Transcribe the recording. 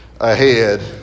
ahead